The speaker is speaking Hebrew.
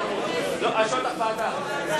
ועדה.